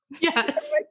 Yes